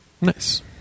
Nice